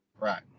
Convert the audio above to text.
Right